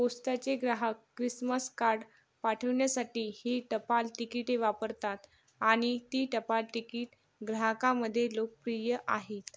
पोस्टाचे ग्राहक Christmas card पाठवण्यासाठी ही टपाल तिकिटे वापरतात आणि ती टपाल तिकिट ग्राहकांमधे लोकप्रिय आहेत